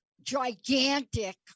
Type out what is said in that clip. gigantic